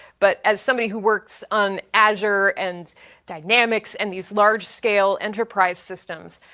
but as somebody who works on azure and dynamics and these large scale enterprise systems,